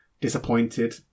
disappointed